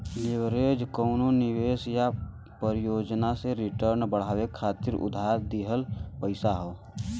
leverage कउनो निवेश या परियोजना से रिटर्न बढ़ावे खातिर उधार लिहल पइसा हौ